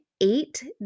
eight